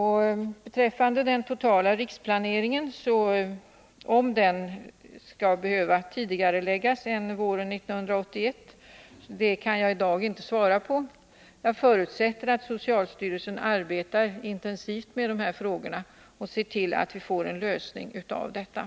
Huruvida den totala riksplaneringen skall behöva läggas tidigare än till våren 1981 kan jag i dag inte svara på. Jag förutsätter att socialstyrelsen arbetar intensivt med de här frågorna och ser till att vi får en lösning av dem.